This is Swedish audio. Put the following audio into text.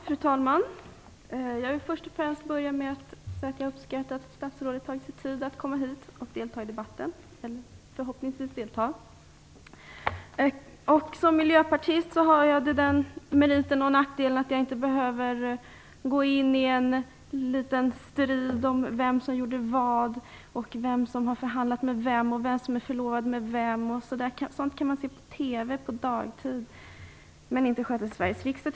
Fru talman! Jag vill först och främst börja med att säga att jag uppskattar att statsrådet har tagit sig tid att komma hit och förhoppningsvis delta i debatten. Som miljöpartist har jag den meriten och den nackdelen att jag inte behöver gå in i en liten strid om vem som gjorde vad, vem som har förhandlat med vem och vem som är förlovad med vem. Sådant kan man se på TV på dagtid, men det tycker jag inte skall skötas i Sveriges riksdag.